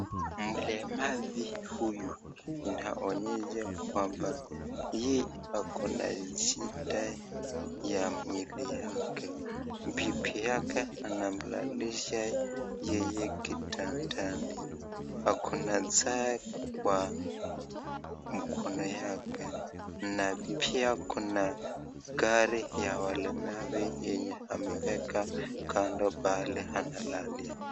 Mlemavu huyu inaonyesha kwamba yeye ako na shida katika mwili yake, bibi yake anamlalisha yeye kitandani, ako na saa kwa mono yake na pia kuna gari ya walemavu yenye ameweka kando pale yenye analalia.